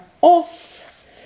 off